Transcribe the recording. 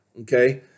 okay